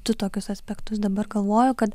du tokius aspektus dabar galvoju kad